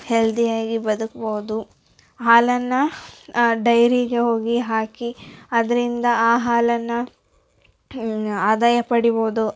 healthy ಆಗಿ ಬದುಕ್ಬೋದು ಹಾಲನ್ನು ಡೈರಿಗೆ ಹೋಗಿ ಹಾಕಿ ಅದರಿಂದ ಆ ಹಾಲನ್ನು ಆದಾಯ ಪಡಿಬೋದು